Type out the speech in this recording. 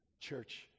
Church